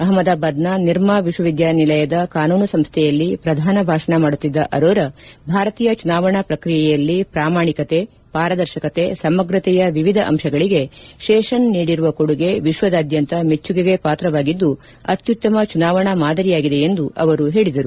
ಅಹ್ಲದಾಬಾದ್ನ ನಿರ್ಮಾ ವಿಶ್ವವಿದ್ಯಾನಿಲಯದ ಕಾನೂನು ಸಂಸ್ವೆಯಲ್ಲಿ ಪ್ರಧಾನ ಭಾಷಣ ಮಾಡುತ್ತಿದ್ದ ಅರೋರ ಭಾರತೀಯ ಚುನಾವಣಾ ಪ್ರಕ್ರಿಯೆಯಲ್ಲಿ ಪ್ರಾಮಾಣಿಕತೆ ಪಾರದರ್ಶಕತೆ ಸಮಗ್ರತೆಯ ವಿವಿಧ ಅಂಶಗಳಿಗೆ ಶೇಷನ್ ನೀಡಿರುವ ಕೊಡುಗೆ ವಿಶ್ವದಾದ್ಯಂತ ಮೆಚ್ಚುಗೆಗೆ ಪಾಕ್ರವಾಗಿದ್ದು ಅತ್ಯುತ್ತಮ ಚುನಾವಣಾ ಮಾದರಿಯಾಗಿದೆ ಎಂದು ಅವರು ಹೇಳಿದರು